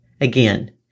Again